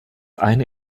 eine